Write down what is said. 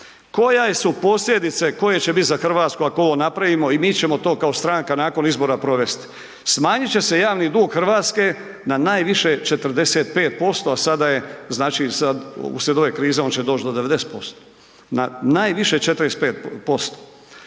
Koje su posljedice koje će biti za Hrvatsku, ako ovo napravimo i mi ćemo to kao stranka nakon izbora provesti. Smanjit će se javni dug Hrvatske na najviše 45%, a sada je znači, sad, uslijed ove krize, on će doći do 90%. Na najviše 45%.